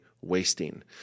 wasting